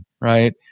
right